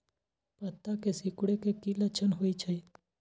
पत्ता के सिकुड़े के की लक्षण होइ छइ?